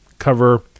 cover